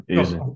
easy